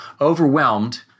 overwhelmed